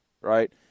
right